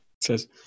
says